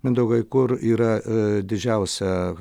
mindaugai kur yra ee didžiausia